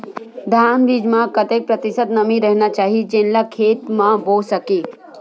धान बीज म कतेक प्रतिशत नमी रहना चाही जेन ला खेत म बो सके?